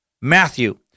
Matthew